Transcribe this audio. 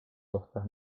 kohta